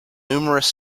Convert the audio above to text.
numerous